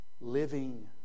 Living